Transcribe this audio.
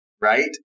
right